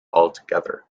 altogether